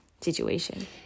situation